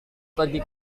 pergi